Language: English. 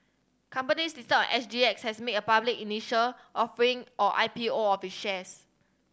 companies listed S G X has made a public initial offering or I P O of its shares